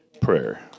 prayer